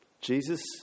Jesus